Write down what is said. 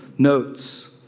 notes